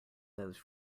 those